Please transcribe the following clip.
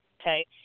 okay